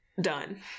done